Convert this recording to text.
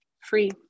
free